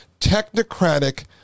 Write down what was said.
technocratic